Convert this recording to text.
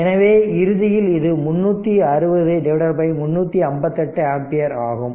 எனவே இறுதியில் இது 360 358 ஆம்பியர் ஆகும்